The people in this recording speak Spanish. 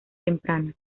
temprana